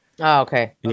Okay